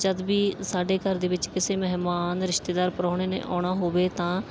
ਜਦੋਂ ਵੀ ਸਾਡੇ ਘਰ ਦੇ ਵਿੱਚ ਕਿਸੇ ਮਹਿਮਾਨ ਰਿਸ਼ਤੇਦਾਰ ਪ੍ਰੋਹੁਣੇ ਨੇ ਆਉਣਾ ਹੋਵੇ ਤਾਂ